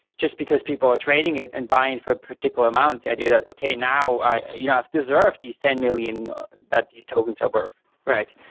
just because people are trading it and buying for a particular amount, the idea that okay, now i you know i deserved these ten million that these tokens are worth right.